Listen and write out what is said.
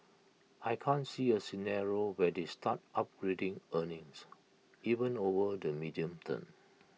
I can't see A scenario where they start upgrading earnings even over the medium term